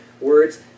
words